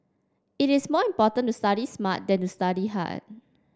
it is more important to study smart than to study hard